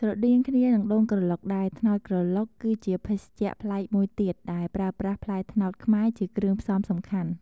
ស្រដៀងគ្នានឹងដូងក្រឡុកដែរ ត្នោតក្រឡុកគឺជាភេសជ្ជៈប្លែកមួយទៀត ដែលប្រើប្រាស់ផ្លែត្នោតខ្មែរជាគ្រឿងផ្សំសំខាន់។